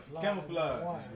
Camouflage